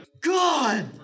God